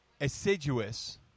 assiduous